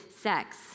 sex